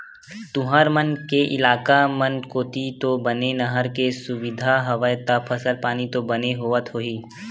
तुंहर मन के इलाका मन कोती तो बने नहर के सुबिधा हवय ता फसल पानी तो बने होवत होही?